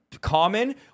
common